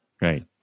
Right